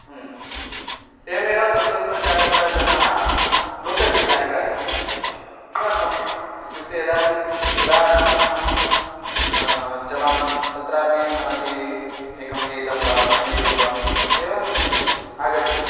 एवमेव तत्र तत्र कार्यरताः जनाः लोकगीतानि गायन्ति किमर्थम् इत्युक्ते उदाहरणार्थमहं चलामि तत्रापि मनसि एकं गीतं वा सङ्गीतं वा एवम् आगच्छति